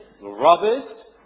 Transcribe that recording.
robust